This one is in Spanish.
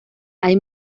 hay